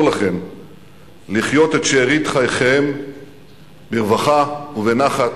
לכם לחיות את שארית חייכם ברווחה ובנחת,